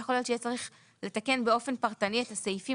יכול להיות שיהיה צריך לשנות באופן פרטני את הסעיפים,